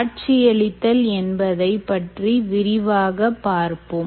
காட்சியளித்தல் என்பதை பற்றி விரிவாக பார்ப்போம்